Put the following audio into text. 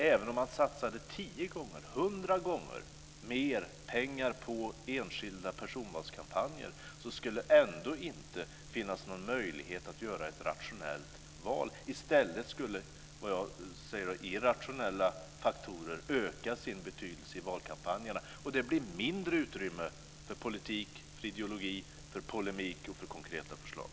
Även om man satsade tio gånger eller hundra gånger mer pengar på enskilda personvalskampanjer skulle det ändå inte finnas någon möjlighet att göra ett rationellt val. I stället skulle som jag ser det irrationella faktorer öka sin betydelse i valkampanjerna. Det blir mindre utrymme för politik, för ideologi, för polemik och för konkreta förslag.